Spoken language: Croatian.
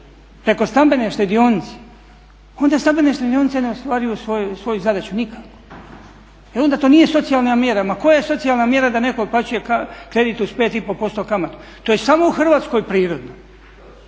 preko stambene štedionice onda stambene štedionice ne ostvaruju svoju zadaću nikako i onda to nije socijalna mjera. Ma koja socijalna mjera da netko otplaćuje kredit uz 5,5% kamatu. To je samo u Hrvatskoj prirodno.